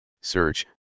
search